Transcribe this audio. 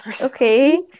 Okay